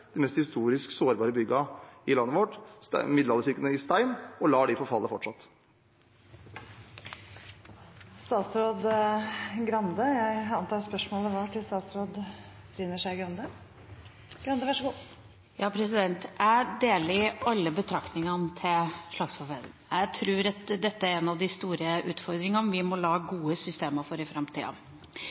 de historisk sett mest sårbare byggene i landet vårt, middelalderkirkene i stein, men lar dem fortsatt forfalle? Jeg deler alle betraktningene til Slagsvold Vedum. Jeg tror at dette er en av de store utfordringene som vi må lage gode systemer for i framtida.